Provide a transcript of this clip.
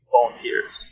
Volunteers